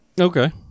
Okay